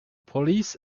police